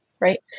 right